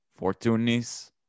Fortunis